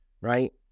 right